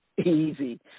easy